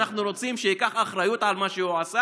אנחנו רוצים שייקח אחריות על מה שהוא עשה